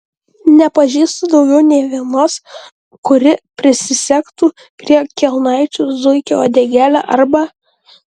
nepažįstu daugiau nė vienos kuri prisisegtų prie kelnaičių zuikio uodegėlę arba